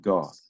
God